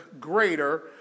greater